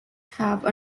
have